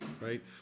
right